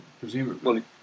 presumably